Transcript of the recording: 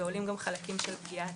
ועולים גם חלקים של פגיעה עצמית.